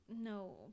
no